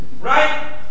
Right